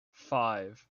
five